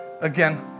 again